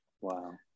Wow